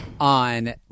on